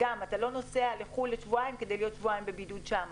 אתה לא נוסע לחו"ל לשבועיים כדי להיות שבועיים בבידוד שם,